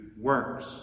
works